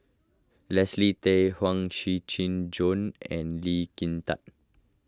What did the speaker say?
Leslie Tay Huang Shiqi Joan and Lee Kin Tat